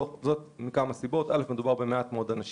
יש לכך כמה סיבות: מדובר בכמות קטנה של אנשים,